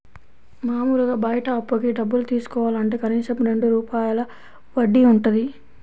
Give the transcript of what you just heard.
మాములుగా బయట అప్పుకి డబ్బులు తీసుకోవాలంటే కనీసం రెండు రూపాయల వడ్డీ వుంటది